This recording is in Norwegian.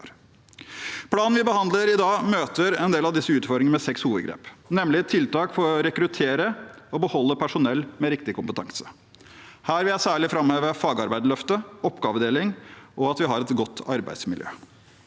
Planen vi behandler i dag, møter en del av disse utfordringene med seks hovedgrep, nemlig tiltak for å rekruttere og beholde personell med riktig kompetanse. Her vil jeg særlig framheve fagarbeiderløftet, oppgavedeling og at vi har et godt arbeidsmiljø.